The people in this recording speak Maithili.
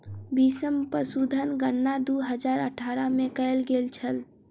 बीसम पशुधन गणना दू हजार अठारह में कएल गेल छल